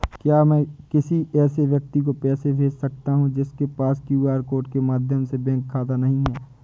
क्या मैं किसी ऐसे व्यक्ति को पैसे भेज सकता हूँ जिसके पास क्यू.आर कोड के माध्यम से बैंक खाता नहीं है?